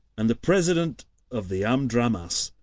and the president of the am. dram. ass,